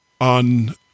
on